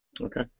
Okay